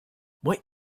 what